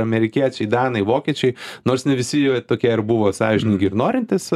amerikiečiai danai vokiečiai nors ne visi jie tokie ir buvo sąžiningi ir norintys